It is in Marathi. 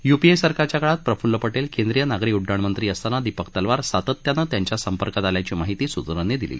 यूपीए सरकारच्या काळात प्रफुल्ल पटेल केंद्रीय नागरी उड्डाण मंत्री असताना दीपक तलवार सातत्याने त्यांच्या संपर्कात असल्याची माहिती सूत्रांनी दिली